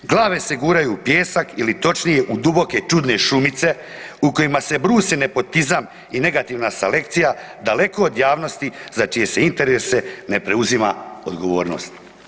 Glave se guraju u pijesak ili točnije u duboke čudne šumice, u kojima se brusi nepotizam i negativna selekcija, daleko od javnosti za čije se interese ne preuzima odgovornost.